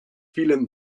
vielen